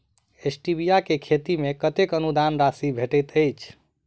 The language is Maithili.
स्टीबिया केँ खेती मे कतेक अनुदान राशि भेटैत अछि?